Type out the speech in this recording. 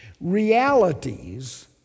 Realities